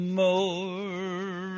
more